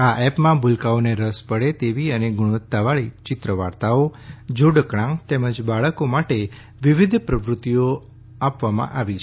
આ એપમાં ભૂલકાંઓને રસ પડે તેવી અને ગુણવત્તાવાળી ચિત્રવાર્તાઓ જોડકણાં તેમજ બાળકો માટે વિવિધ પ્રવૃત્તિઓ આપવામાં આવી છે